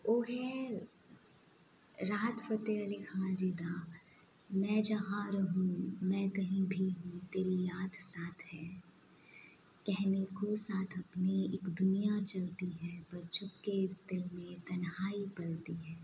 ਉਹ ਹੈ ਰਾਹਤ ਫਤਿਹ ਅਲੀ ਖਾਨ ਜੀ ਦਾ ਮੈਂ ਜਹਾਂ ਰਹੂੰ ਮੈਂ ਕਹੀਂ ਭੀ ਹੂੰ ਤੇਰੀ ਯਾਦ ਸਾਥ ਹੈ ਕਹਿਨੇ ਕੋ ਸਾਥ ਅਪਨੇ ਇੱਕ ਦੁਨੀਆਂ ਚਲਤੀ ਹੈ ਪਰ ਛੁਪਕੇ ਇਸ ਦਿਲ ਮੇ ਤਨਹਾਈ ਪਲਤੀ ਹੈ